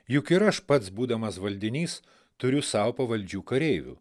juk ir aš pats būdamas valdinys turiu sau pavaldžių kareivių